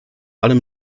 allem